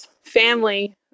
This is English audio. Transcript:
family